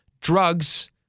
drugs